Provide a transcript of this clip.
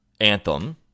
anthem